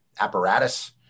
apparatus